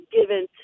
given